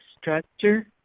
structure